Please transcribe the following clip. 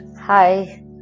Hi